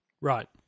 Right